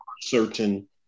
certain